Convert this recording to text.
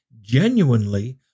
genuinely